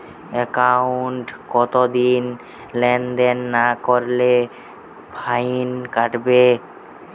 একাউন্টে কতদিন লেনদেন না করলে ফাইন কাটবে?